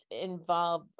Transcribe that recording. involve